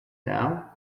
now